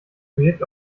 projekt